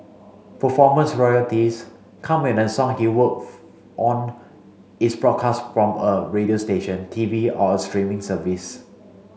performance royalties come and a song he worked on is broadcast from a radio station T V or a streaming service